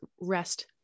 rest